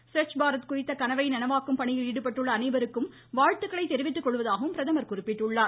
ஸ்வச் பாரத் குறித்த கனவை நனவாக்கும் பணியில் ஈடுபட்டுள்ள அனைவருக்கும் வாழ்த்துக்களை தெரிவித்துக் கொள்வதாகவும் பிரதமர் குறிப்பிட்டுள்ளார்